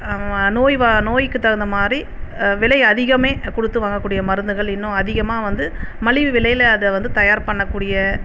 நோய் நோய்க்கு தகுந்த மாதிரி விலை அதிகமே கொடுத்து வாங்க கூடிய மருந்துகள் இன்னும் அதிகமாக வந்து மலிவு விலையில் அதை வந்து தயார் பண்ணக்கூடிய